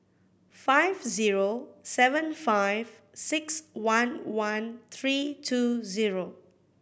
five zero seven five six one one three two zero